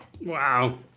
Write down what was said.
wow